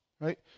right